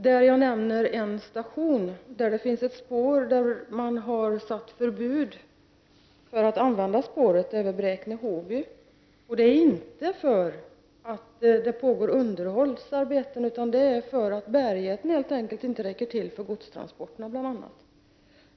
Det ena är att det vid en station, Bräkne-Hoby, är förbjudet att använda det ena spåret, inte därför att det pågår underhållsarbeten utan därför att bärigheten inte räcker till för bl.a. godstransporterna.